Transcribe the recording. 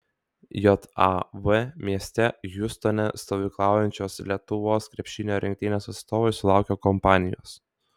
jav mieste hjustone stovyklaujančios lietuvos krepšinio rinktinės atstovai sulaukė kompanijos